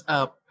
up